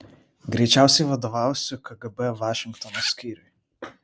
greičiausiai vadovausiu kgb vašingtono skyriui